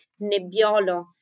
Nebbiolo